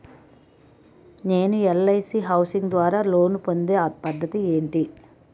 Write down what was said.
నేను LIC housing ద్వారా loan పొందే పద్ధతి ఏంటి?